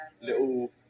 little